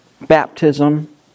baptism